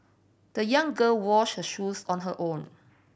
the young girl washed her shoes on her own